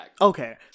Okay